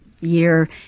year